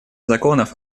законов